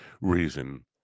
reason